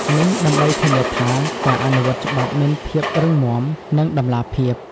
នេះដើម្បីធានាថាការអនុវត្តច្បាប់មានភាពរឹងមាំ និងតម្លាភាព។